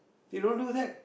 they don't do that